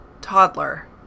toddler